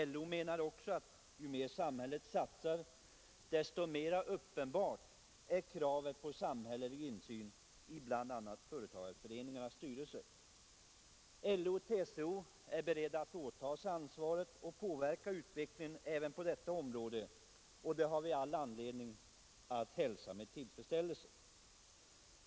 LO menar att ju mer samhället satsar, desto mer uppenbart bör kravet på samhällelig insyn i bl.a. företagareföreningarna framstå. LO och TCO är beredda att åta sig ansvaret och påverka utvecklingen även på detta område, och det har vi alla anledning att hälsa med största tillfredsställelse.